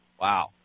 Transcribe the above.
Wow